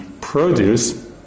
produce